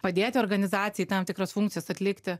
padėti organizacijai tam tikras funkcijas atlikti